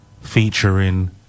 featuring